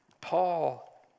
Paul